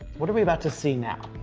what are we about to see now?